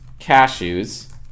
Cashews